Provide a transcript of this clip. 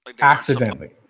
Accidentally